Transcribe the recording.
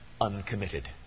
uncommitted